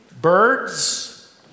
birds